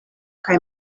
kaj